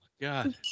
God